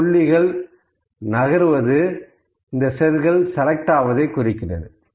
இந்த புள்ளிகள் நகர்வது இந்த செல்கள் செலக்ட் ஆவதை குறிக்கிறது